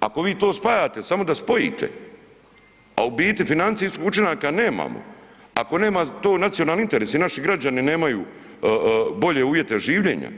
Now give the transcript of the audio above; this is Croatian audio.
Ako vi to spajate samo da spojite, a u biti financijskih učinaka nemamo, ako nema to nacionalni interes i naši građani nemaju bolje uvijete življenja